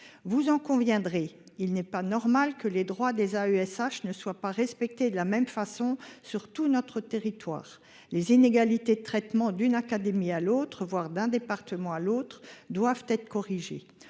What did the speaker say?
Vous en conviendrez. Il n'est pas normal que les droits des AESH ne soit pas respecté. De la même façon sur tout notre territoire. Les inégalités de traitement d'une académie à l'autre, voire d'un département à l'autre doivent être corrigées